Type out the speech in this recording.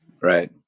right